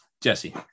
Jesse